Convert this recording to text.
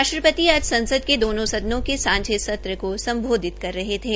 राष्ट्रपति आज संसद के दोनों के सांझे सत्र को सम्बोधित कर रहे थे